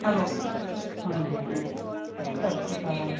hello ਹਾਂਜੀ ਸਤਿ ਸ਼੍ਰੀ ਅਕਾਲ